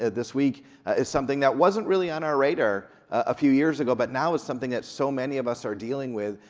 and this week is something that wasn't really on our radar a few years ago, but now is something that so many of us are dealing with,